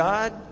God